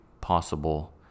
possible